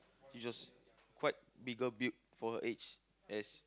is just quite bigger build for her age as